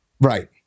Right